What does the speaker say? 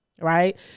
right